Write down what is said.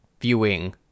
viewing